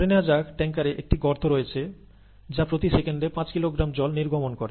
ধরে নেয়া যাক ট্যাংকারে একটি গর্ত রয়েছে যা প্রতি সেকেন্ডে 5 কিলোগ্রাম জল নির্গমন করে